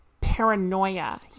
paranoia